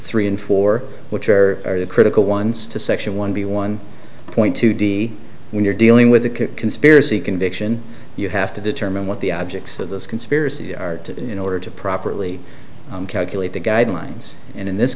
three and four which are the critical ones to section one b one point two d when you're dealing with a conspiracy conviction you have to determine what the objects of this conspiracy are in order to properly calculate the guidelines and in this